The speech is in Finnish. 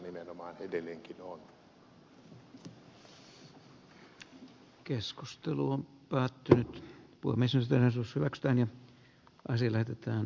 oinosen aloitteessa järkeä on päättynyt voimme syyttää sus hyväksytään ja avasi lähetetään